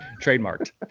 Trademarked